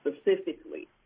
specifically